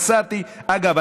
אגב,